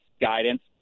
guidance